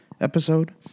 episode